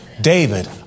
David